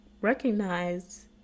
recognize